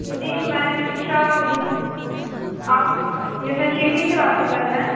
जी मैं शिक्षा आप यूनिवर्सिटी से बात कर रहे हैं